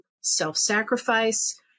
self-sacrifice